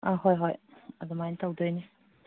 ꯑꯥ ꯍꯣꯏ ꯍꯣꯏ ꯑꯗꯨꯃꯥꯏꯅ ꯇꯧꯗꯣꯏꯅꯦ